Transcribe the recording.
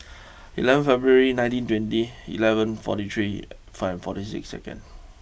eleven February nineteen twenty eleven forty three five forty six